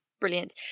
Brilliant